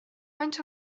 faint